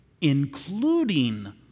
including